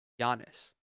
Giannis